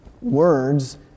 words